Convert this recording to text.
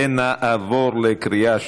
נעבור לקריאה שלישית.